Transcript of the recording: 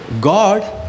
God